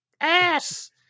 ass